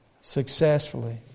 successfully